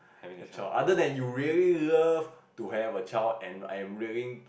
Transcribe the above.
the child other than you really love to have a child and I am willing